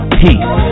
peace